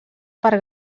per